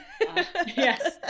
yes